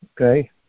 okay